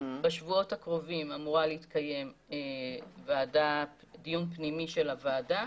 בשבועות הקרובים אמור להתקיים דיון פנימי של הוועדה,